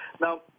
Now